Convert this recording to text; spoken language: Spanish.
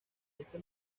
este